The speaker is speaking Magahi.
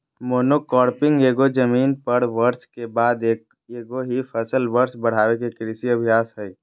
मोनोक्रॉपिंग एगो जमीन पर वर्ष के बाद एगो ही फसल वर्ष बढ़ाबे के कृषि अभ्यास हइ